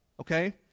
okay